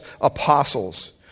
apostles